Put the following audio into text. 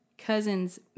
cousin's